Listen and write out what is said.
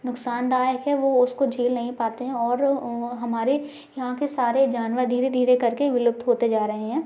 नुकसानदायक है वो उसको झेल नहीं पाते हैं और अ हमारे यहाँ के सारे जानवर धीरे धीरे करके विलुप्त होते जा रहे हैं